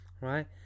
right